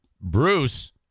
Bruce